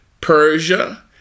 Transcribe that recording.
Persia